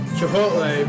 Chipotle